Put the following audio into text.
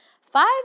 Five